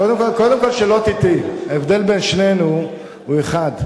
קודם כול, שלא תטעי: ההבדל בין שנינו הוא אחד,